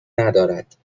ندارد